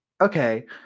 Okay